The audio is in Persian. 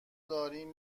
داریم